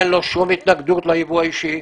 אין לו שום התנגדות ליבוא האישי,